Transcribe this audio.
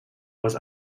was